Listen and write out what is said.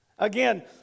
Again